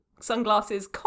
sunglasses